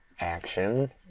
action